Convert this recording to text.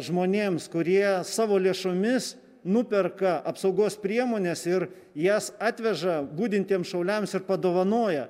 žmonėms kurie savo lėšomis nuperka apsaugos priemones ir jas atveža budintiems šauliams ir padovanoja